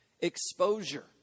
exposure